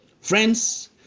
Friends